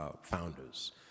founders